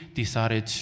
decided